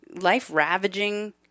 life-ravaging